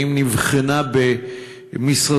האם היא נבחנה במשרדך?